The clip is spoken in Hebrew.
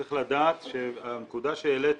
צריך לדעת שהנקודה שהעלית,